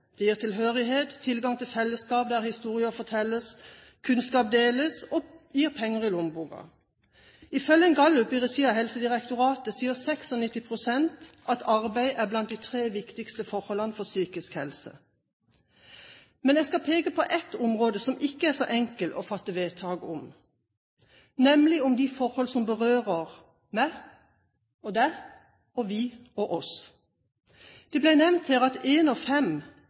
Det gir tilhørighet, tilgang til fellesskap der historier fortelles, kunnskap deles, og det gir penger i lommeboka. Ifølge en gallup i regi av Helsedirektoratet sier 96 pst. at arbeid er blant de tre viktigste forholdene for psykisk helse. Men jeg skal peke på ett område som det ikke er så enkelt å fatte vedtak om, nemlig de forhold som berører meg og deg og vi og oss. Det ble nevnt her at én av fem